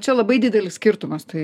čia labai didelis skirtumas tai